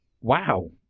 Wow